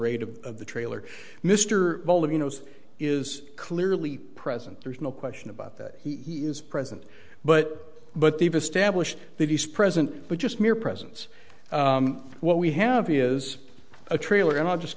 rate of the trailer mr both of you knows is clearly present there's no question about that he is present but but they've established that he's present but just mere presence what we have is a trailer and i'm just